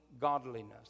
godliness